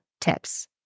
tips